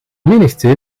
menigte